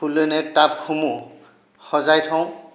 ফুলনিৰ টাবসমূহ সজাই থওঁ